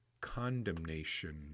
condemnation